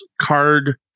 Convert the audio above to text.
card